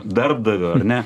darbdavio ar ne